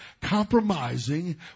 compromising